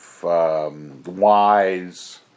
Wise